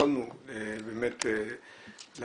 שבאמת מה